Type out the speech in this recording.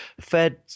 fed